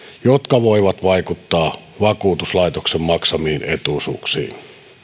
jotka voivat vaikuttaa vakuutuslaitoksen maksamiin etuisuuksiin